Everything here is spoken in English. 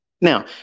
Now